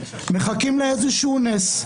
מחכים לאיזה נס,